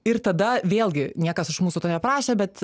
ir tada vėlgi niekas iš mūsų to neprašė bet